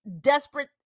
desperate